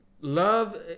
Love